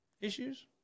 issues